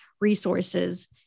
resources